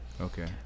Okay